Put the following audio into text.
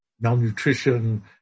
malnutrition